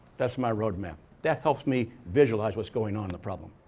that's my roadmap. that helps me visualize what's going on in the problem.